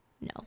No